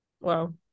wow